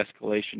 escalation